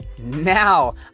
Now